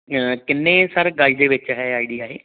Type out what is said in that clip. ਕਿੰਨੇ ਸਰ ਗਜ਼ ਦੇ ਵਿੱਚ ਹੈ ਆਈਡੀਆ ਇਹ